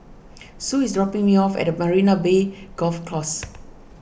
Sue is dropping me off at Marina Bay Golf Course